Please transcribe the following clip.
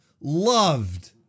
loved